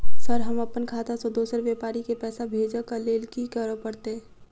Sir हम अप्पन खाता सऽ दोसर व्यापारी केँ पैसा भेजक लेल की करऽ पड़तै?